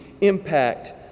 impact